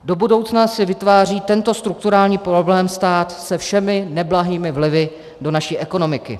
Do budoucna si stát vytváří tento strukturální problém se všemi neblahými vlivy do naší ekonomiky.